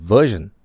Version